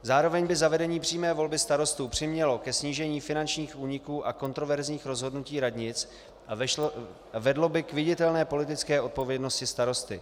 Zároveň by zavedení přímé volby starostů přimělo ke snížení finančních úniků a kontroverzních rozhodnutí radnic a vedlo by k viditelné politické odpovědnosti starosty.